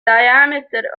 diameter